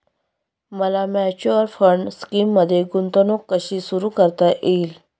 मला mutual fund स्कीममध्ये गुंतवणूक कशी सुरू करता येईल?